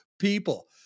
people